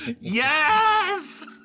Yes